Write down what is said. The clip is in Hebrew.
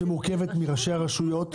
שמורכבת מראשי הרשויות.